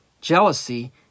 Jealousy